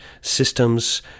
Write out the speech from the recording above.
systems